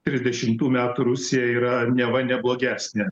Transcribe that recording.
trisdešimtų metų rusija yra neva neblogesnė